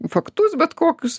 faktus bet kokius